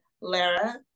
Lara